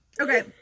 Okay